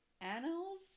Annals